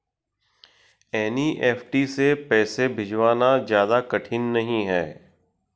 NEFT से पैसे भिजवाना ज्यादा कठिन नहीं है